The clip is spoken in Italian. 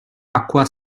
acqua